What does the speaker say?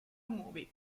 movie